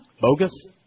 Bogus